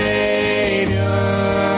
Savior